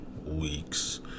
weeks